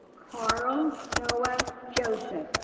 carl noah joseph,